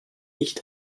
nicht